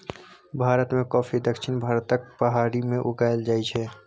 भारत मे कॉफी दक्षिण भारतक पहाड़ी मे उगाएल जाइ छै